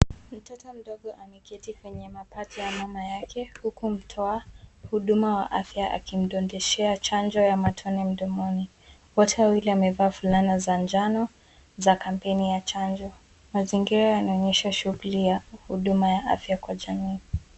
Mtoto mdogo ameketi kwenye mapaja ya mama yake, huku mtoa huduma wa afya akimdondeshea chanjo ya matone mdomoni. Wote wawili wamevaa fulana za njano, za kampeni ya chanjo. Mazingira yanaonyesha shughuli ya huduma ya afya kwa jamii.